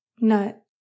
Nut